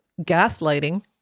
gaslighting